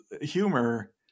humor